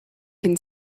can